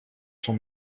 son